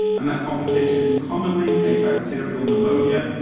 and that complication is commonly a bacterial pneumonia,